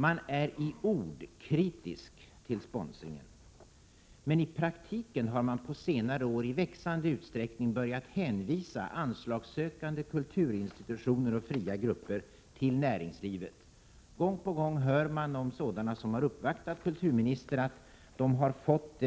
De är i ord kritiska till sponsring, men i praktiken har de i växande utsträckning börjat hänvisa anslagssökande kulturinstitutioner och fria grupper till näringslivet. Gång på gång hör man talas om att de som har uppvaktat kulturministern har fått